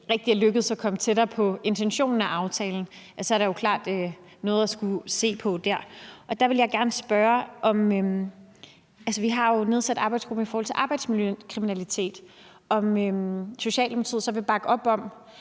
rigtig er lykkedes at komme tættere på intentionen med aftalen, så er der er jo klart noget at skulle se på der. Der vil jeg gerne spørge om noget. Vi har jo nedsat en arbejdsgruppe vedrørende arbejdsmiljøkriminalitet. Vil Socialdemokratiet bakke op om